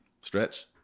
Stretch